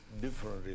Different